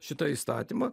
šitą įstatymą